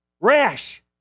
Rash